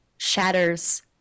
shatters